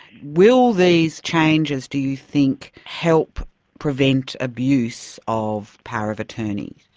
will these changes, do you think, help prevent abuse of power of attorney?